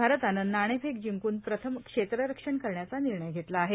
भारतानं नाणेफेक जिंकून प्रथम क्षेत्ररक्षण करण्याचा विर्णय घेतला आहे